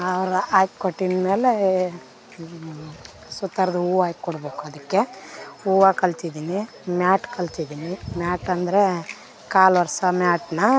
ಅವ್ರು ಹಾಕ್ಕೋಟಿನ್ಮೇಲೆ ಸುತ್ತುವರ್ದು ಹೂವು ಹಾಕೊಡ್ಬೇಕು ಅದಕ್ಕೆ ಹೂವು ಕಲ್ತಿದಿನಿ ಮ್ಯಾಟ್ ಕಲ್ತಿದಿನಿ ಮ್ಯಾಟ್ ಅಂದರೆ ಕಾಲೊರೆಸೋ ಮ್ಯಾಟ್ನ